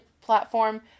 platform